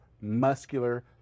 muscular